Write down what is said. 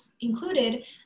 included